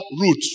route